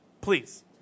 Please